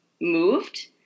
moved